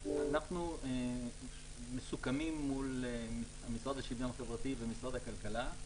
אנחנו מסוכמים מול המשרד לשוויון חברתי ומשרד הכלכלה,